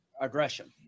aggression